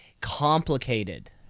complicated